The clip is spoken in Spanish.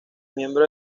miembros